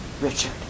Richard